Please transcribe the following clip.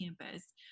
campus